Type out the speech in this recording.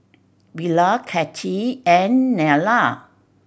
Belia Cathy and Nella